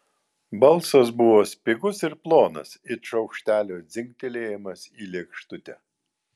balsas buvo spigus ir plonas it šaukštelio dzingtelėjimas į lėkštutę